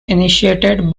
initiated